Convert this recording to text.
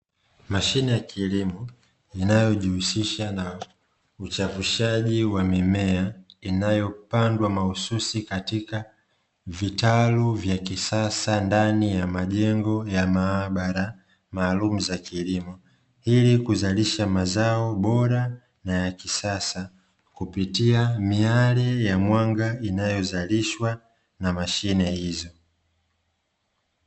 Mashine ya kilimo inayojihusisha na uchavushaji wa mimea inayopandwa mahususi katika vitalu vya kisasa ndani ya majengo ya maabara maalumu za kilimo ili kuzalisha mazao bora na ya kisasa kupitia miale ya mwanga inayozalishwa na mashine hizo.